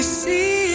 see